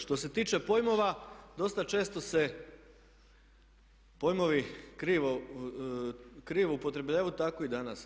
Što se tiče pojmova dosta često se pojmovi krivo upotrebljavaju tako i danas.